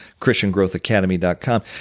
ChristianGrowthAcademy.com